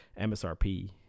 MSRP